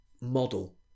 model